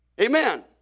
Amen